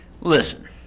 Listen